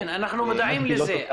אנחנו מודעים לזה.